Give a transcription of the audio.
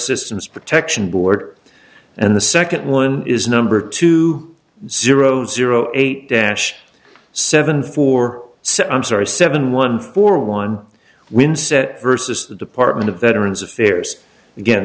systems protection board and the second one is number two zero zero eight dash seven four said i'm sorry seven one four one win said versus the department of veterans affairs again